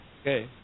Okay